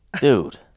Dude